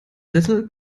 sessel